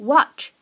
Watch